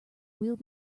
will